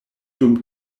dum